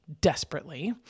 desperately